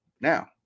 Now